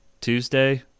Tuesday